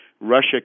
Russia